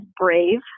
brave